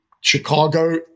Chicago